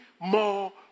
more